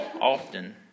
often